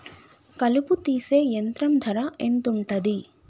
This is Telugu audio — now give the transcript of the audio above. కలుపు తీసే యంత్రం ధర ఎంతుటది?